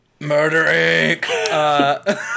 Murdering